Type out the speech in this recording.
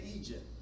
Egypt